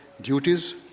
duties